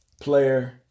player